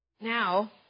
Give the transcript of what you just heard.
Now